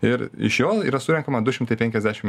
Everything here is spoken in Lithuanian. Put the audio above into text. ir iš jo yra surenkama du šimtai penkiasdešim